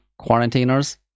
quarantiners